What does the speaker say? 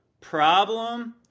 problem